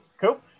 Cool